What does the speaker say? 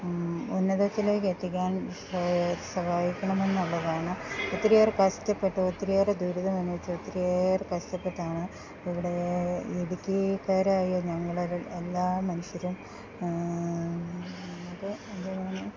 ഉന്നതത്തിലേക്ക് എത്തിക്കാൻ സഹായിക്കണം സഹായിക്കണം എന്നുള്ളതാണ് ഒത്തിരി ഏറെ കഷ്ടപ്പെട്ട് ഒത്തിരി ഏറെ ദുരിതമെന്ന് വെച്ച് ഒത്തിരി ഏറെ കഷ്ടപ്പെട്ടാണ് ഇവിടെ ഇടുക്കീക്കാരായ ഞങ്ങൾ ആരും എല്ലാ മനുഷ്യരും അത് ഞാൻ